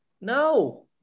no